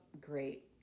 great